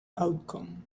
outcome